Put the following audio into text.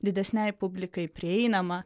didesnei publikai prieinamą